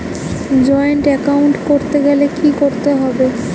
Joint account করতে গেলে কি করতে হবে?